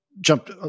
jumped